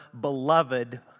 beloved